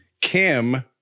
Kim